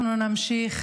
אנחנו נמשיך